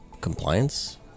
compliance